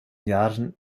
jahren